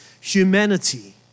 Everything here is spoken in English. humanity